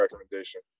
recommendation